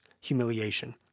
humiliation